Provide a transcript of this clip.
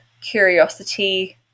curiosity